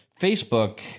Facebook